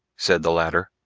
said the latter,